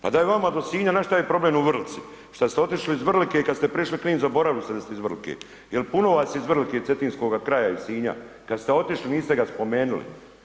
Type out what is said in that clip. Pa da je vama do Sinja … [[ne razumije se]] problem u Vrlici, što ste otišli iz Vrlike i kada ste prešli Knin zaboravili ste da ste iz Vrlike jer puno vas je iz Vrlike i Cetinskoga kraja, iz Sinja kada ste otišli niste ga spomenuli.